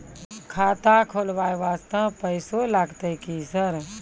खाता खोलबाय वास्ते पैसो लगते की सर?